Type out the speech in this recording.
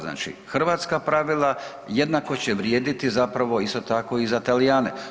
Znači hrvatska pravila jednako će vrijediti zapravo isto tako i za Talijane.